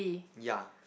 ya